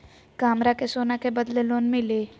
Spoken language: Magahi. का हमरा के सोना के बदले लोन मिलि?